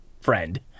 friend